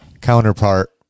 Counterpart